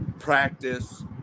practice